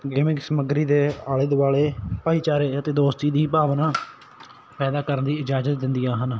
gaming ਸਮੱਗਰੀ ਦੇ ਆਲੇ ਦੁਆਲੇ ਭਾਈਚਾਰੇ ਅਤੇ ਦੋਸਤੀ ਦੀ ਭਾਵਨਾ ਪੈਦਾ ਕਰਨ ਦੀ ਇਜਾਜ਼ਤ ਦਿੰਦੀਆਂ ਹਨ